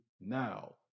now